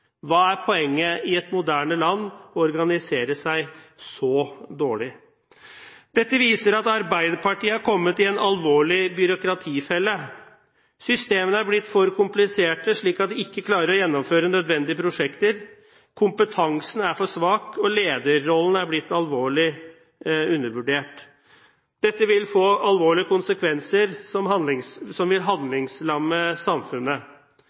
Hva er poenget i et moderne land med å organisere seg så dårlig? Dette viser at Arbeiderpartiet er kommet i en alvorlig byråkratifelle. Systemene er blitt for kompliserte, slik at de ikke klarer å gjennomføre nødvendige prosjekter. Kompetansen er for svak, og lederrollen er blitt alvorlig undervurdert. Dette vil få alvorlige konsekvenser som vil handlingslamme samfunnet.